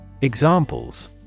Examples